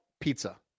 pizza